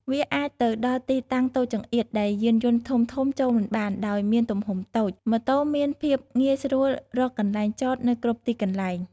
វាអាចទៅដល់ទីតាំងតូចចង្អៀតដែលយានយន្តធំៗចូលមិនបាន ដោយមានទំហំតូច ម៉ូតូមានភាពងាយស្រួលរកកន្លែងចតនៅគ្រប់ទីកន្លែង ។